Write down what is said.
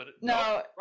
No